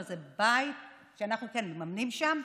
אז זה בית שאנחנו מממנים שם,